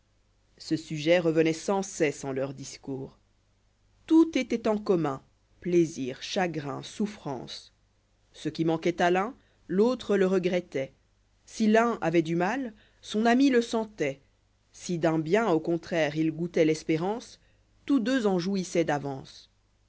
ce sujet revenoit sans cesse en leurs discours tout étoit en comnîun plaisir chagrin souffrance ce qui manqnoit à l'un l'autre le regrettqu si l'un avoit du mal son ami le senlpit si d'un bien au contraire il goûtoit l'espérance tous deux en jouiss'oient d'avance